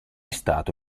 stato